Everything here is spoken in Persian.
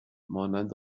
مانند